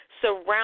Surround